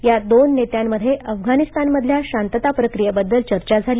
या दोन नेत्यांमध्ये अफगाणिस्तानमधल्या शांतता प्रक्रीयेबद्दल चर्चा झाली